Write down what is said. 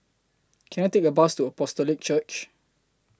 Can I Take A Bus to Apostolic Church